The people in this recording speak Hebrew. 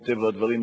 מטבע הדברים,